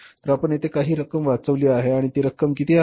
तर आपण येथे काही रक्कम वाचवली आहे आणि ती रक्कम किती आहे